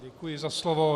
Děkuji za slovo.